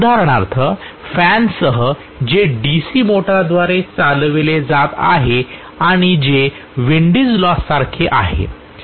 उदाहरणार्थ फॅनसह जे DC मोटरद्वारे चालविले जात आहे आणि जे विन्डिझ लॉससारखे आहे